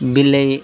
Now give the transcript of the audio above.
ବିଲେଇ